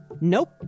Nope